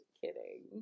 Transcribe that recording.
kidding